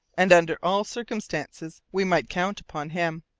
and under all circumstances we might count upon him.